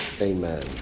amen